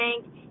thank